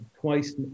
Twice